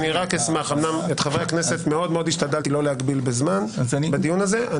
אמנם את חברי הכנסת מאוד מאוד השתדלתי לא להגביל בזמן בדיון הזה.